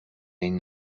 این